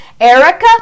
Erica